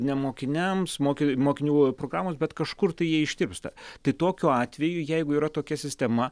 ne mokiniams moki mokinių programoms bet kažkur tai jie ištirpsta tai tokiu atveju jeigu yra tokia sistema